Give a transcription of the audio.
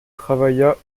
travailla